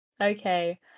Okay